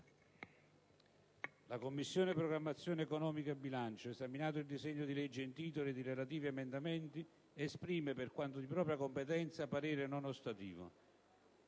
«La Commissione programmazione economica, bilancio, esaminati il disegno di legge in titolo ed i relativi emendamenti, esprime, per quanto di propria competenza, parere non ostativo».